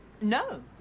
No